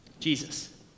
Jesus